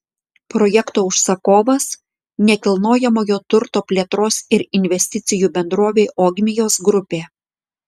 projekto užsakovas nekilnojamojo turto plėtros ir investicijų bendrovė ogmios grupė